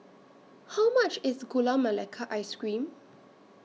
How much IS Gula Melaka Ice Cream